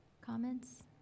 comments